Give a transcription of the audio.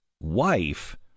wife